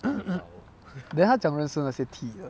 then 她怎样认识那些 T 的